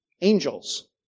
angels